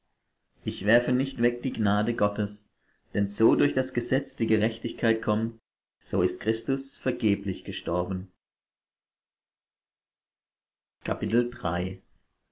ich werfe nicht weg die gnade gottes denn so durch das gesetz die gerechtigkeit kommt so ist christus vergeblich gestorben